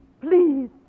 please